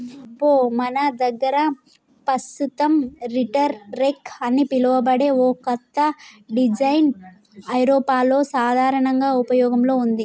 అబ్బో మన దగ్గర పస్తుతం రీటర్ రెక్ అని పిలువబడే ఓ కత్త డిజైన్ ఐరోపాలో సాధారనంగా ఉపయోగంలో ఉంది